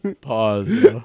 pause